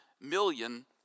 million